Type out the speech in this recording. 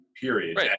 period